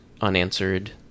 unanswered